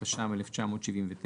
התש"ם-1979,